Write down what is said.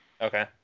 Okay